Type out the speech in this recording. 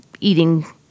eating